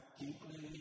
deeply